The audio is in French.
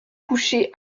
couché